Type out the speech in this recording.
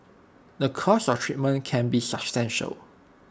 the cost of treatment can be substantial